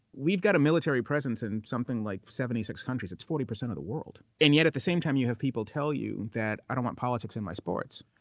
we've got a military presence in something like seventy six countries. it's forty percent of the world. and yet at the same time, you have people tell you that i don't want politics in my sports.